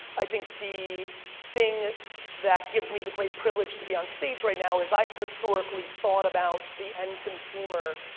i think the thing that gives me the great privilege to be on stage right now is i've historically thought about the end consumer,